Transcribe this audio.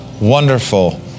wonderful